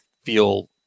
feel